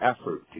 effort